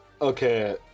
Okay